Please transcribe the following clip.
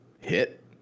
hit